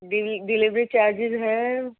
delivery charges ہیں